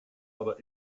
aber